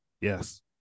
Yes